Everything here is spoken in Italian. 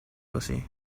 così